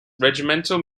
regimental